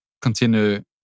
continue